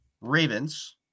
Ravens